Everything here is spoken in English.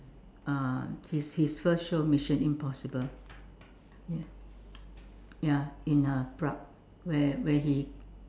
uh his his first show Mission Impossible ya ya in uh Prague where where he